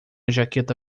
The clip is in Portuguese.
jaqueta